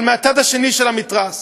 אבל מהצד השני של המתרס.